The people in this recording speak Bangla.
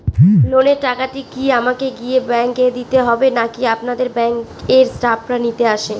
লোনের টাকাটি কি আমাকে গিয়ে ব্যাংক এ দিতে হবে নাকি আপনাদের ব্যাংক এর স্টাফরা নিতে আসে?